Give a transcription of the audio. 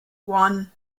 one